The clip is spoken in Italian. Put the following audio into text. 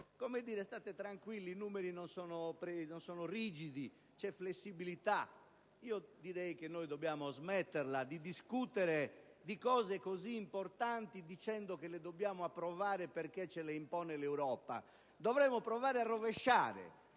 stare tranquilli, perché i numeri non sono rigidi, c'è flessibilità. Dobbiamo smetterla di discutere di cose così importanti dicendo che dobbiamo approvarle perché ce le impone l'Europa. Dovremmo provare a rovesciare